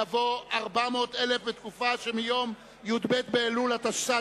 יבוא '400 אלף' בתקופה שמיום י"ב באלול התשס"ט